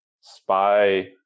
Spy